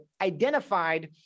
identified